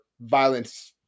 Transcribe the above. violence